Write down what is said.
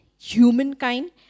humankind